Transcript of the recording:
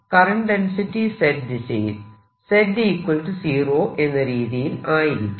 current density Z ദിശയിൽ z 0 എന്ന രീതിയിൽ ആയിരിക്കും